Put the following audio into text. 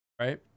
right